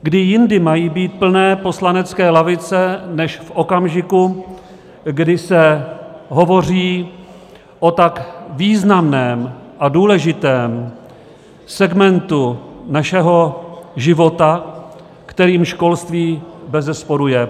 Kdy jindy mají být plné poslanecké lavice než v okamžiku, kdy se hovoří o tak významném a důležitém segmentu našeho života, kterým školství bezesporu je?